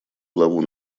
главу